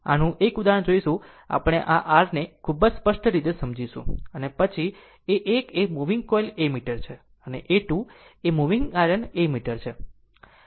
આનું એક ઉદાહરણ જોશે આપણે આપણી r ને ખૂબ જ સ્પષ્ટ રીતે સમજીશું અને અને પછી એ 1 એ મૂવિંગ કોઇલ એમીટર છે અને A 2 એ મૂવિંગ આયર્ન એમીટર છે